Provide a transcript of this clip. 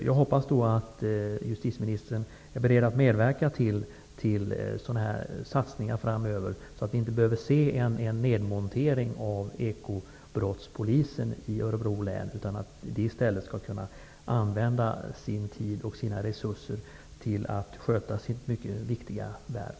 Jag hoppas att justitieministern är beredd att medverka till sådana satsningar framöver, så att vi inte behöver se en nedmontering av verksamheten med ekobrottspolisen i Örebro län. De skall i stället kunna använda sin tid och sina resurser till att sköta sitt mycket viktiga värv.